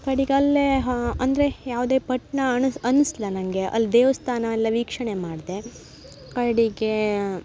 ಕಡಿಗೆ ಅಲ್ಲಿ ಅಂದರೆ ಯಾವುದೇ ಪಟ್ಟಣ ಅಣ ಅನಿಸ್ಲ ನನಗೆ ಅಲ್ಲಿ ದೇವಸ್ಥಾನ ಎಲ್ಲ ವೀಕ್ಷಣೆ ಮಾಡಿದೆ ಕಡೆಗೆ